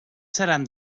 seran